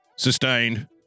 Sustained